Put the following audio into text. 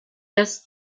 das